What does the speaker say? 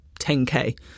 10K